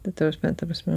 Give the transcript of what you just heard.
ta prasme ta prasme